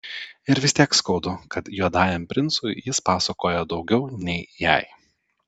ir vis tiek skaudu kad juodajam princui jis pasakoja daugiau nei jai